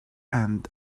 end